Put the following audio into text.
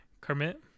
Kermit